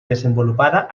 desenvolupada